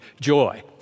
joy